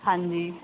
ਹਾਂਜੀ